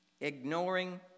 ignoring